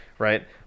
Right